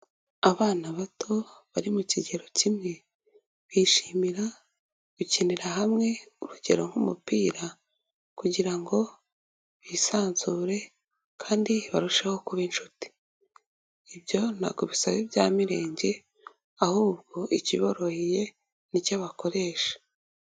Abana bato bari mu kigero kimwe, bishimira gukinira hamwe, urugero nk'umupira kugira ngo bisanzure kandi barusheho kuba inshuti, ibyo ntabwo bisaba ibya mirenge ahubwo ikiboroheye, nicyo bakoresha.